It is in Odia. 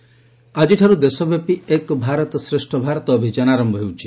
ଏକ୍ ଭାରତ ଆଜିଠାରୁ ଦେଶବ୍ୟାପୀ 'ଏକ ଭାରତ ଶ୍ରେଷ ଭାରତ' ଅଭିଯାନ ଆରମ୍ଭ ହେଉଛି